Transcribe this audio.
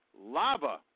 lava